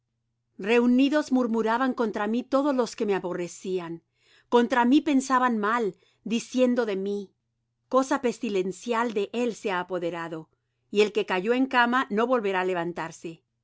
reunidos murmuraban contra mí todos los que me aborrecían contra mí pensaban mal diciendo de mí cosa pestilencial de él se ha apoderado y el que cayó en cama no volverá á levantarse aun